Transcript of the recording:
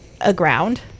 aground